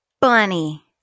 Bunny